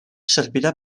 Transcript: servirà